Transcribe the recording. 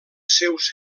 seus